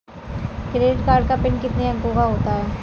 Credit card का PIN कितने अंकों का होता है?